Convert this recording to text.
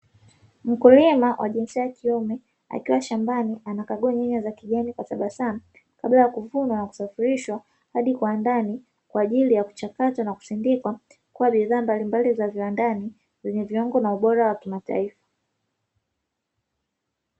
Mkulima wa jinsia ya kiume akiwa shambani, anakagua nyanya za kijani kwa tabasamu, kabla kuvuna na kusafrishwa hadi kiwandani kwa ajili ya kuchakatwa na kusindikwa na kuwa bidhaa mbalimbali za viwandani, zenye viwango vya ubora wa kimataifa.